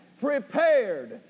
prepared